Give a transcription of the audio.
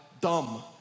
dumb